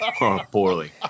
Poorly